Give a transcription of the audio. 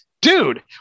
dude